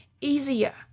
easier